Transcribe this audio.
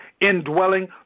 indwelling